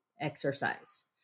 exercise